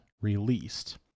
released